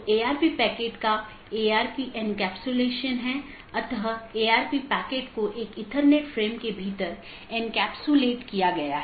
दूसरे अर्थ में यह कहने की कोशिश करता है कि अन्य EBGP राउटर को राउटिंग की जानकारी प्रदान करते समय यह क्या करता है